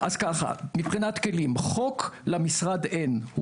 מבחינת כלים, חוק למשרד אין.